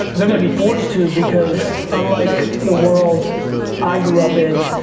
they're gonna be forced to because unlike the world i grew up in,